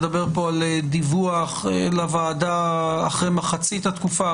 צריך לדבר פה על דיווח לוועדה אחרי מחצית התקופה,